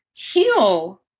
heal